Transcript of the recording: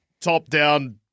Top-down